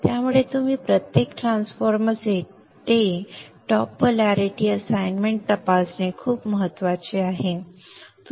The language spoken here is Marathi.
त्यामुळे तुम्ही प्रत्येक ट्रान्सफॉर्मरसाठी टॉप पोलॅरिटी असाइनमेंट तपासणे खूप महत्वाचे आहे की तुम्ही ते एका विशिष्ट प्रकारे वापराल